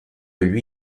lui